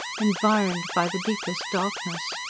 environed by the deepest darkness.